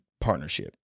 partnership